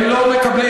הם לא מקבלים.